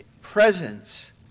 presence